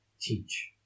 teach